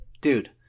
dude